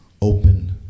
Open